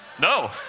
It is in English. No